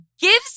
gives